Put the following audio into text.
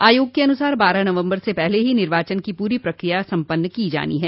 आयोग के अनुसार बारह नवम्बर से पहले निर्वाचन की पूरी प्रक्रिया सम्पन्न की जानी है